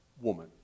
woman